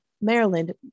Maryland